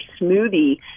smoothie